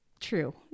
true